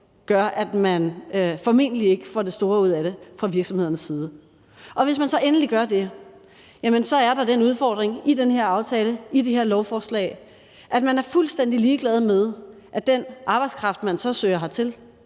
gør, at man formentlig ikke får det store ud af det fra virksomhedernes side. Og hvis de så endelig gør det, er der den udfordring i den her aftale, i det her lovforslag, at man er fuldstændig ligeglad med, at den arbejdskraft, man så søger at